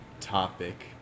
topic